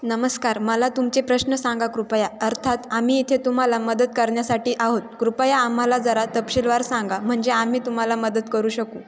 नमस्कार मला तुमचे प्रश्न सांगा कृपया अर्थात आम्ही इथे तुम्हाला मदत करण्यासाठी आहोत कृपया आम्हाला जरा तपशीलवार सांगा म्हणजे आम्ही तुम्हाला मदत करू शकू